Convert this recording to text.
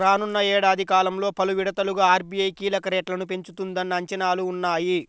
రానున్న ఏడాది కాలంలో పలు విడతలుగా ఆర్.బీ.ఐ కీలక రేట్లను పెంచుతుందన్న అంచనాలు ఉన్నాయి